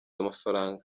amafaranga